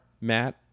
Matt